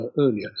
earlier